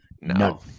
No